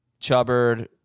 Chubbard